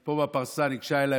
פה בפרסה היא ניגשה אליי,